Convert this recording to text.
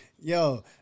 Yo